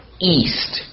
East